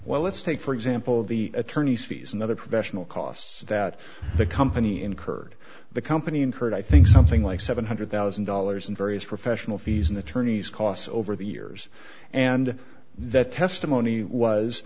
well let's take for example the attorney's fees and other professional costs that the company incurred the company incurred i think something like seven hundred thousand dollars in various professional fees and attorneys costs over the years and that testimony was